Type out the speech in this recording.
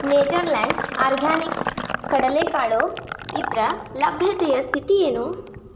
Natureland Organics ಕಡಲೆಕಾಳು ಇದರ ಲಭ್ಯತೆಯ ಸ್ಥಿತಿ ಏನು